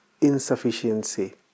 insufficiency